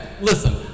Listen